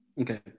okay